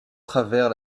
travers